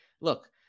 look